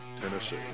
Tennessee